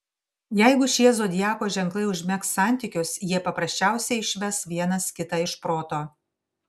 jeigu šie zodiako ženklai užmegs santykius jie paprasčiausiai išves vienas kitą iš proto